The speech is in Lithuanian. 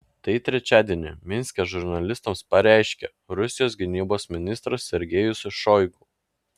tai trečiadienį minske žurnalistams pareiškė rusijos gynybos ministras sergejus šoigu